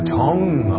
tongue